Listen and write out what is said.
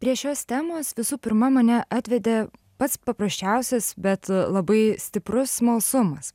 prie šios temos visų pirma mane atvedė pats paprasčiausias bet labai stiprus smalsumas